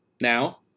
Now